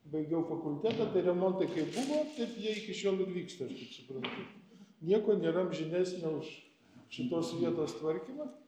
baigiau fakultetą tai remontai kaip buvo taip jie iki šiol ir vyksta aš kaip suprantu nieko nėra amžinesnio už šitos vietos tvarkymą